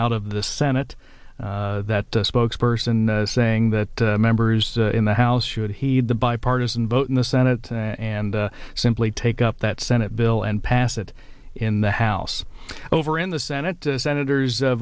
out of the senate that spokesperson saying that members in the house should heed the bipartisan vote in the senate and simply take up that senate bill and pass it in the house over in the senate senators